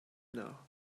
now